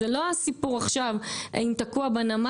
זה לא הסיפור עכשיו האם תקוע בנמל,